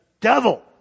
devil